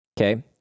okay